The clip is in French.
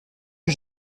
que